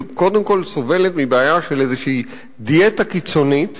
היא קודם כול סובלת מבעיה של איזושהי דיאטה קיצונית